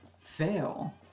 fail